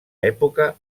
època